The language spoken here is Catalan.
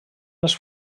les